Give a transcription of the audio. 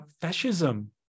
fascism